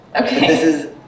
Okay